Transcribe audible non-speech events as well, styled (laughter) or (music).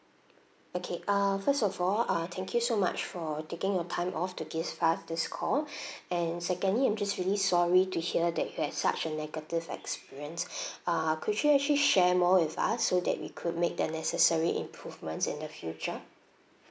okay err first of all uh thank you so much for taking your time off to give us this call (breath) and secondly I'm just really sorry to hear that you had such a negative experience err could you actually share more with us so that we could make the necessary improvements in the future